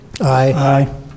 Aye